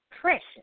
precious